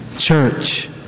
Church